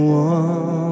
one